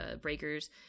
Breakers